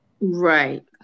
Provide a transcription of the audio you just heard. Right